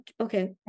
okay